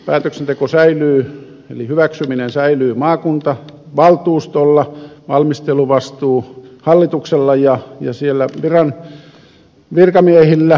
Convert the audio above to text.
päätöksenteko säilyy eli hyväksyminen säilyy maakuntavaltuustolla valmisteluvastuu hallituksella ja siellä virkamiehillä